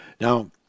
Now